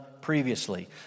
previously